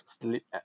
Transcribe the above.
sleep